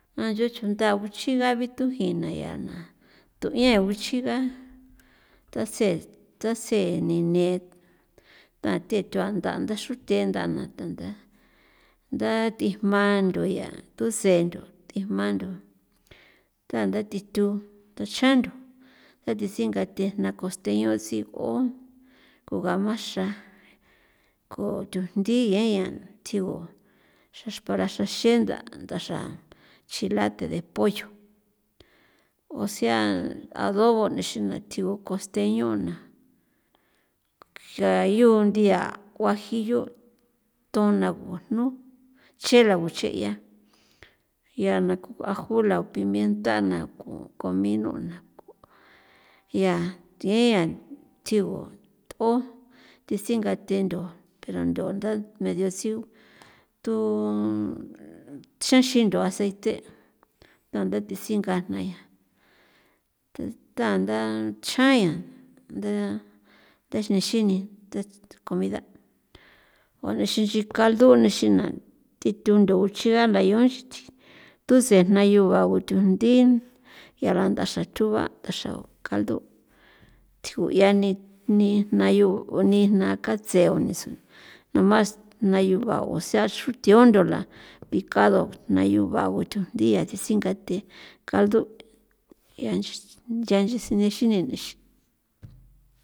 Ja nchu chunda uchiga vito jina yaa tu'ien uchiga thase thase nine tathe thuanda ndaxrute ndana tanda nda thji jma ntho ya thuse ntho thi jma ndo tanda thitu chjan ndo ndase singathen na costeño si'o kugamaxra ko tujndhi ngeña thjigo xaspara xa xe'en ndaxra chilate de pollo, o sea adobo jna xi un costeño na kai yu nthia guajillo' thona gujnu chela guche ya ya na ku ajo la o pimienta na ku comino na ya thjian thjigu th'o the singathe ndo pero ndo nda medio tsi tu xaxin ndo aceite ta te singa jna ya ta ntha chjan yaa ndayexin ni comida o nexin nchi caldo o nexina thi thon ndo uchia la yon tunse jnayua o tujndi ya la ndaxra tuba xra caldo thjigu ya ni jnayu ni jna katse o nison nomas jnayua o sea xruthio ndhola picado jnayuba o gutujndhi ya thi singathe caldo ya nchi ya nchi sinexin nixin.